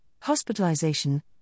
hospitalization